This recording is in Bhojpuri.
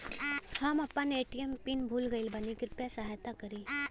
हम आपन ए.टी.एम पिन भूल गईल बानी कृपया सहायता करी